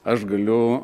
aš galiu